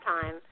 time